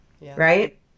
right